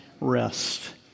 rest